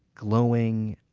glowing,